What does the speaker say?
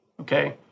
okay